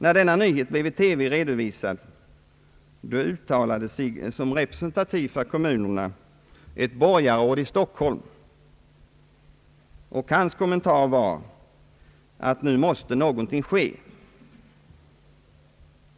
När denna nyhet redovisades i TV uttalade sig som representativ för kommunerna ett borgarråd i Stockholm, och hans kommentar var att »nu måste något ske».